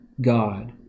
God